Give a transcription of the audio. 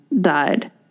died